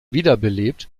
wiederbelebt